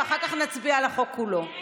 ואחר כך נצביע על החוק כולו.